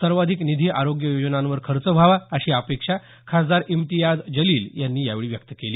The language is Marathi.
सर्वाधिक निधी आरोग्य योजनांवर खर्च व्हावा अशी अपेक्षा खासदार इम्तीयाज जलील यांनी यावेळी व्यक्त केली